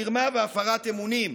מרמה והפרת אמונים.